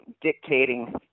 dictating